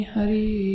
Hari